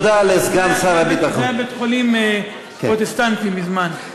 זה היה בית-חולים פרוטסטנטי מזמן.